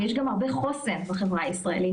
יש גם הרבה חוסן בחברה הישראלית.